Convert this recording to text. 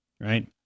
right